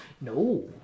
No